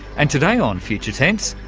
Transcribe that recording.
and today on future tense,